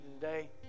today